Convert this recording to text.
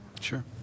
sure